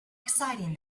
exciting